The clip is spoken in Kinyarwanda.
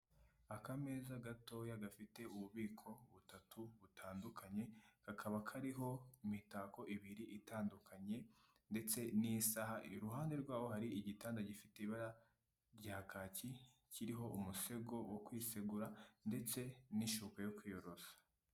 Akameza gatoya gafite ububiko butatu butandukanye, kakaba kariho imitako ibiri itandukanye, ndetse n'isaha iruhande rwaho hari igitanda gifite ibara rya kaki, kiriho umusego wo kwisegura, ndetse n'ishuka yo kwiyorosa.